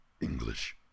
English